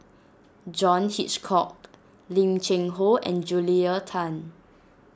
John Hitchcock Lim Cheng Hoe and Julia Tan